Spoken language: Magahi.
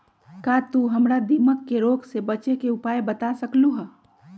का तू हमरा दीमक के रोग से बचे के उपाय बता सकलु ह?